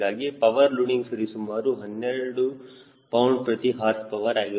ಹೀಗಾಗಿ power loading ಸರಿಸುಮಾರು 12 pound ಪ್ರತಿ ಹಾರ್ಸ್ ಪವರ್ ಆಗಿರುತ್ತದೆ ಎಂದು ಪುನರಾವರ್ತಿಸುತ್ತೇನೆ